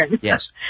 Yes